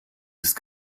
ist